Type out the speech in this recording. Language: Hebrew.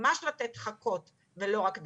ממש להתמיד ולתת חכות ולא רק דגים.